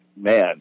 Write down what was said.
Man